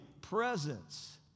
presence